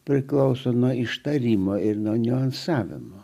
priklauso nuo ištarimo ir nuo niunasavimo